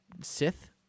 Sith